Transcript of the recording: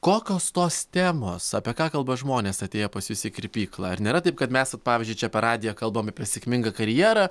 kokios tos temos apie ką kalba žmonės atėję pas jus į kirpyklą ar nėra taip kad mes pavyzdžiui čia per radiją kalbam apie sėkmingą karjerą